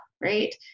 right